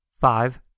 Five